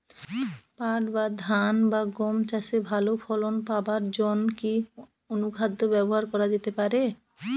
পাট বা ধান বা গম চাষে ভালো ফলন পাবার জন কি অনুখাদ্য ব্যবহার করা যেতে পারে?